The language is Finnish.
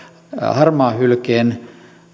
harmaahylkeen